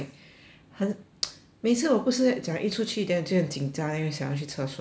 很 每次我不是讲一出去 then 我就很紧张 then 会想要去厕所那种 lor